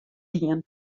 dien